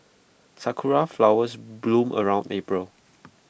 Sakura Flowers bloom around April